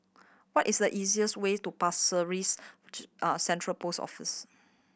what is the easiest way to Pasir Ris Central Post Office